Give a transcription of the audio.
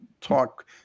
talk